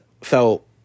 felt